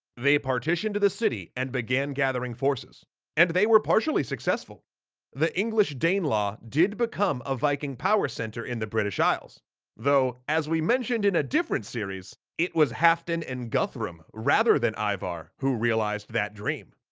they partitioned to the city and began gathering forces and they were partially successful the english danelaw did become a viking power center in the british isles though as we mentioned in a different series, it was haften and guthrum, rather than ivar, who realized that dream.